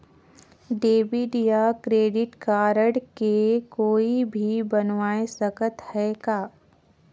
Debit या credit card के कोई भी बनवाय सकत है का?